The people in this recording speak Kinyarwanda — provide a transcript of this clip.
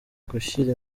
gushyira